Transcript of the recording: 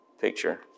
picture